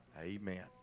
Amen